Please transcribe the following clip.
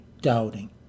doubting